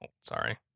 Sorry